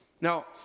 Now